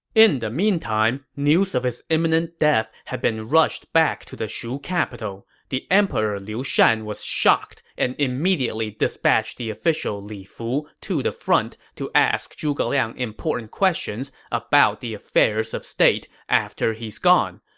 in the meantime, news of his imminent death had been rushed back to the shu capital. the emperor liu shan was shocked and immediately dispatched the official li fu to the front to ask zhuge liang important questions about the affairs of state after he's gone.